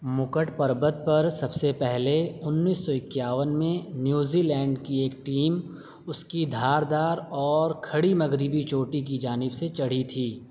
مکٹ پربت پر سب سے پہلے انیس سو اکیاون میں نیو زی لینڈ کی ایک ٹیم اس کی دھاردار اور کھڑی مغربی چوٹی کی جانب سے چڑھی تھی